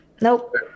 nope